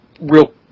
real